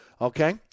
Okay